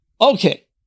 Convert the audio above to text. Okay